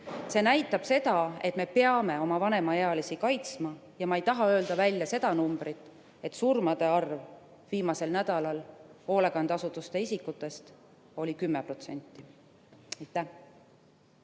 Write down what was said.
See näitab seda, et me peame oma vanemaealisi kaitsma. Ja ma ei taha öelda välja seda numbrit, et surmade arv oli viimasel nädalal hoolekandeasutuste elanike puhul 10%.